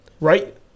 right